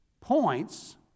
points